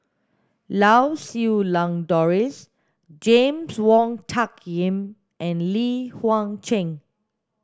Lau Siew Lang Doris James Wong Tuck Yim and Li Huang Cheng